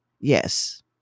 Yes